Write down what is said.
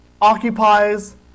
occupies